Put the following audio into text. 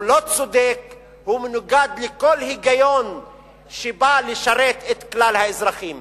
הוא לא צודק והוא מנוגד לכל היגיון שבא לשרת את כלל האזרחים.